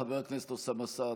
חבר הכנסת אוסאמה סעדי,